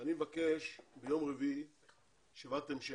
אני מבקש ביום רביעי ישיבת המשך,